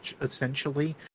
essentially